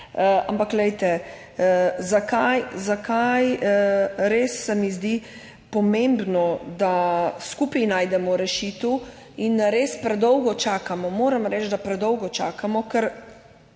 pa spletno nasilje. Zdi se mi res pomembno, da skupaj najdemo rešitev, in res predolgo čakamo, moram reči, da predolgo čakamo, ker,